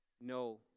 No